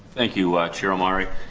thank you, chair omari.